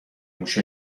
موش